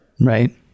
Right